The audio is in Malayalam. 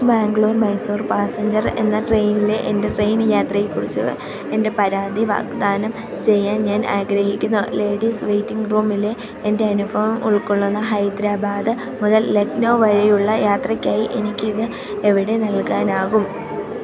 ബാംഗ്ലൂർ മൈസൂർ പാസഞ്ചറ് എന്ന ട്രെയ്ൻലെ എൻറ്റെ ട്രെയിൻ യാത്രയെക്കുറിച്ച് എൻറ്റെ പരാതി വാഗ്ദാനം ചെയ്യാൻ ഞാൻ ആഗ്രഹിക്കുന്നു ലേഡീസ് വെയ്റ്റിങ് റൂമിലെ എൻറ്റെ അനുഭവം ഉൾക്കൊള്ളുന്ന ഹൈദ്രാബാദ് മുതൽ ലക്നൗ വരെയുള്ള യാത്രയ്ക്കായി എനിക്കിത് എവിടെ നൽകാനാകും